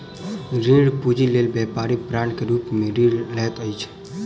ऋण पूंजी लेल व्यापारी बांड के रूप में ऋण लैत अछि